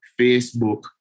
Facebook